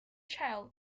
child